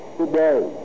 today